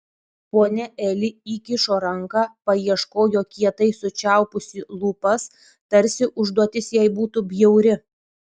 ponia eli įkišo ranką paieškojo kietai sučiaupusi lūpas tarsi užduotis jai būtų bjauri